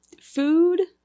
food